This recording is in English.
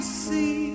see